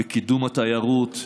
בקידום התיירות,